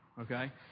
Okay